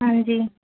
ਹਾਂਜੀ